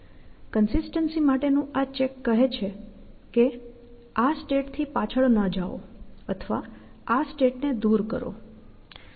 જો તે સંપૂર્ણ ન હોય તો તમે એક્શન્સની શ્રેણી ઉત્પન્ન કરી શકો છો અને તમને તે કોઈ પ્લાન નહીં લાગે અને પછી તમે પાછા આવો અને ફરીથી પ્રયાસ કરો